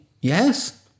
yes